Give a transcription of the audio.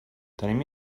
tenim